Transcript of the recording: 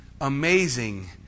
amazing